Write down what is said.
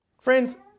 Friends